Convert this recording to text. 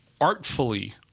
artfully